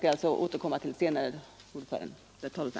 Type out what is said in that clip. Jag återkommer till yrkandena senare.